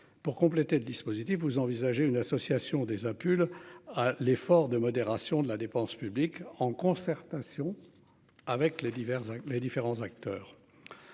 pour compléter le dispositif. Vous envisagez une association des APUL à l'effort de modération de la dépense publique en concertation avec les divers avec